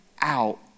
out